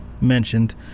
mentioned